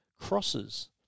crosses